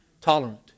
tolerant